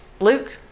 Luke